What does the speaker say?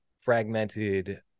fragmented